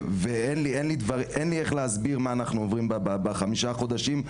ואין לי איך להסביר מה אנחנו עוברים בחמישה חודשים,